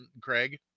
Greg